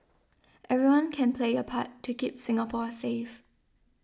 everyone can play a part to keep Singapore safe